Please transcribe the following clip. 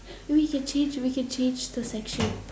we can change we can change the section